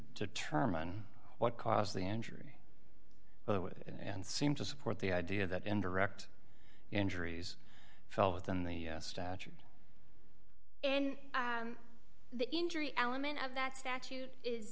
determine what caused the injury well and seem to support the idea that and direct injuries fell within the statute and the injury element of that statute is